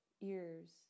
ears